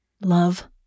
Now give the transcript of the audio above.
love